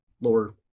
lower